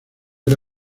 era